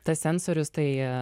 tas sensorius tai